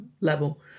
level